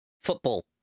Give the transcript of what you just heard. football